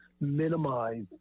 minimize